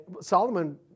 Solomon